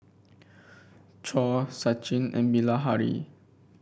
Choor Sachin and Bilahari